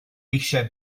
eisiau